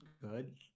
Good